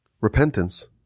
Repentance